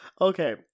Okay